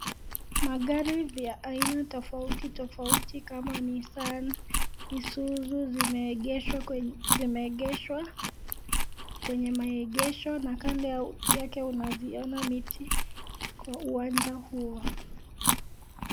Magari vya aina tofauti tofauti kama Nissan Isuzu zimeegeshwa kwenye maegesho na kando yake unaziona miti kwa uwanja huo.